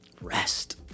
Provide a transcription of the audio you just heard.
Rest